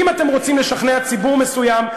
אם אתם רוצים לשכנע ציבור מסוים,